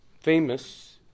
Famous